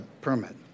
permit